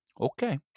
Okay